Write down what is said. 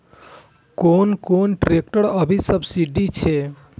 कोन कोन ट्रेक्टर अभी सब्सीडी छै?